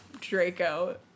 Draco